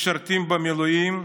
משרתים במילואים,